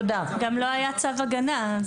גם לא היה צו הגנה.